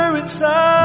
inside